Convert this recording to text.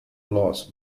loss